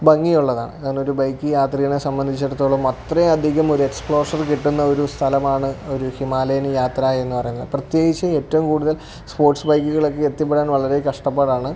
ഭംഗിയുള്ളതാണ് കാരണമൊരു ബൈക്ക് യാത്രികനെ സംബന്ധിച്ചിടത്തോളം അത്രയധികം ഒരെക്സ്പോഷര് കിട്ടുന്ന ഒരു സ്ഥലമാണ് ഒരു ഹിമാലയൻ യാത്ര എന്ന് പറയുന്നത് പ്രത്യേകിച്ച് ഏറ്റവും കൂടുതൽ സ്പോർട്സ് ബൈക്കുകളൊക്കെ എത്തിപ്പെടാൻ വളരേ കഷ്ടപ്പാടാണ്